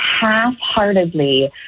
half-heartedly